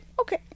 okay